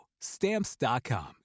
Stamps.com